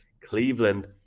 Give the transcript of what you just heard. Cleveland